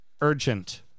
Urgent